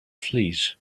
fleas